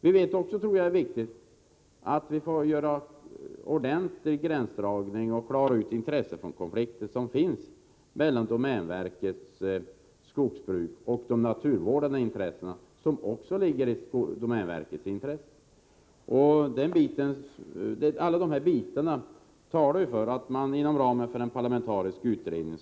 Jag tror också att det är viktigt att göra en ordentlig gränsdragning och klara ut intressekonflikter som finns mellan domänverkets skogsbruk och de naturvårdande intressena, som också hör till domänverkets område. Allt detta talar för en prövning inom ramen för en parlamentarisk utredning.